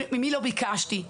ממי לא ביקשתי?